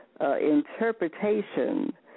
interpretation